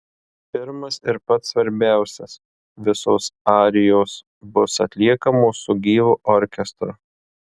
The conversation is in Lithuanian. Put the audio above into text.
pirmas ir pats svarbiausias visos arijos bus atliekamos su gyvu orkestru